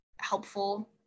helpful